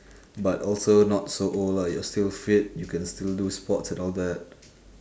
but also not so old lah you're still fit you can still do sports and all that